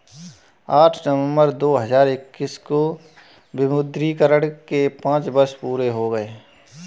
आठ नवंबर दो हजार इक्कीस को विमुद्रीकरण के पांच वर्ष पूरे हो गए हैं